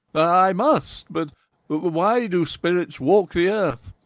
i must. but why do spirits walk the earth,